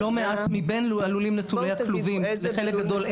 תקנה 7(א)(3) זו תאורה טבעית או מערכת תאורה מלאכותית שמאירה את כל חלקי